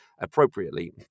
appropriately